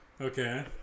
Okay